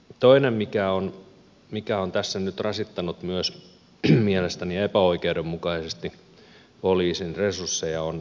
toinen mikä tässä myös on nyt rasittanut mielestäni epäoikeudenmukaisesti poliisin resursseja on tämä pakkoruotsi